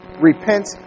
repent